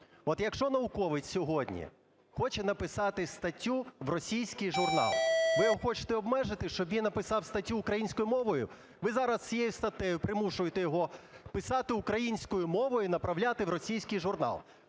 От якщо науковець сьогодні хоче написати статтю в російський журнал, ви його хочете обмежити, щоб він написав статтю українською мовою? Ви зараз цією статтею примушуєте його писати українською мовою і направляти в російський журнал.